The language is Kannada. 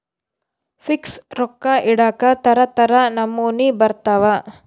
ಫಿಕ್ಸ್ ರೊಕ್ಕ ಇಡಾಕ ತರ ತರ ನಮೂನಿ ಬರತವ